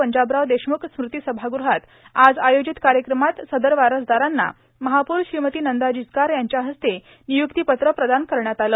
पंजाबराव देशमुख स्मृती सभागृहात आज आयोजित कायक्रमात सदर वारसदारांना महापौर श्रीमती नंदा जिचकार यांच्या हस्ते र्गनयुक्तीपत्र प्रदान करण्यात आलं